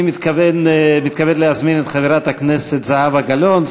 אני מתכבד להזמין את חברת הכנסת זהבה גלאון.